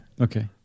Okay